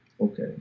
okay